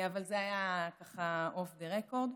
אבל זה היה ככה אוף דה רקורד.